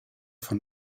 von